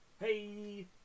Hey